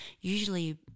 Usually